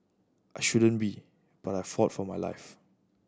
I shouldn't be but I fought for my life